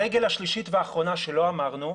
הרגל השלישית והאחרונה שלא אמרנו,